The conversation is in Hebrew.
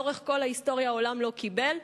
לאורך כל ההיסטוריה העולם לא קיבל,